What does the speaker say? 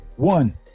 One